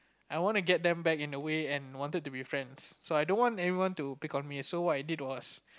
I wanna get them back in a way and wanted to be friends so I don't want everyone to pick on me so what I did was